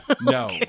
no